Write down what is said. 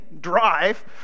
drive